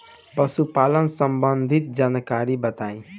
पशुपालन सबंधी जानकारी बताई?